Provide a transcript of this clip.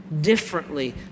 differently